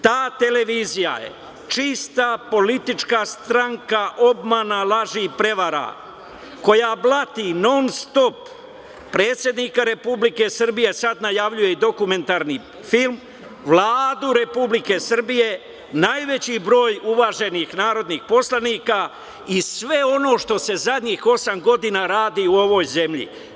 Ta televizija je čista politička stranka obmana, laži i prevara koja blati non-stop predsednika Republike Srbije, sad najavljuje i dokumentarni film, Vladu Republike Srbije, najveći broj uvaženih narodnih poslanika i sve ono što se zadnjih osam godina radi u ovoj zemlji.